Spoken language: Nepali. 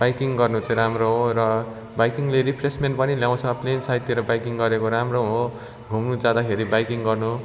बाइकिङ गर्नु चाहिँ राम्रो हो र बाइकिङले रिफ्रेसमेन्ट पनि ल्याउँछ र प्लेन साइडतिर बाइकिङ गरेको राम्रो हो र घुम्नु जाँदाखेरि बाइकिङ गर्नु